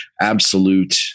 absolute